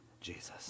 Jesus